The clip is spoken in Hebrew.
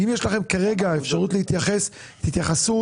אם יש לכם כרגע אפשרות להתייחס, תתייחסו.